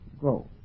go